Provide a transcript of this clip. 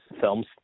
films